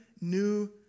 new